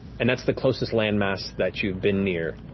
and that's the closest landmass that you've been near,